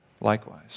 likewise